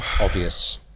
obvious